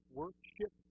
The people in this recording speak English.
worship